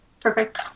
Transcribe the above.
perfect